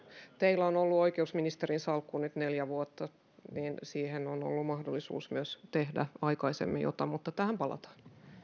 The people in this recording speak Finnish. teillä on ollut oikeusministerin salkku nyt neljä vuotta joten siihen on ollut mahdollisuus tehdä myös aikaisemmin jotain mutta tähän palataan